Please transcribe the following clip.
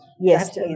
Yes